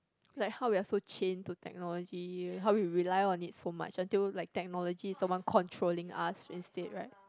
like how we're so chained to technology how we rely on it so much until like technology is someone controlling us instead right